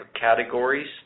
categories